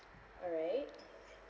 alright